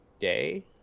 day